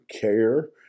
care